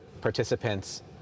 participants